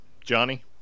Johnny